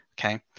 Okay